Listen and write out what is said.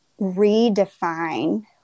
redefine